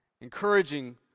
encouraging